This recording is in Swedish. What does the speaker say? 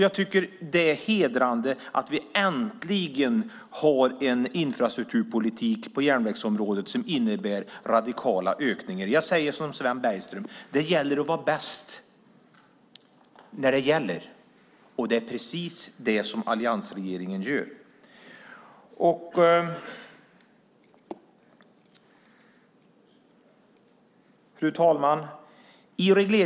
Jag tycker att det är hedrande att vi äntligen har en infrastrukturpolitik på järnvägsområdet som innebär radikala ökningar. Jag säger som Sven Bergström: Det gäller att vara bäst när det gäller. Det är precis det alliansregeringen är. Herr talman!